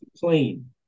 clean